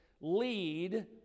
lead